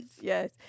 yes